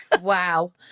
wow